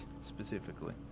specifically